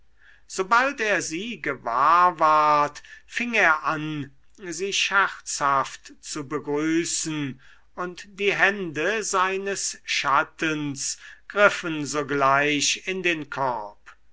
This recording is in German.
sobald er sie gewahr ward fing er an sie scherzhaft zu begrüßen und die hände seines schattens griffen sogleich in den korb